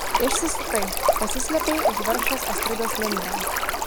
išsisukai pasislėpei už vargšės astridos lindgren